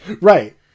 Right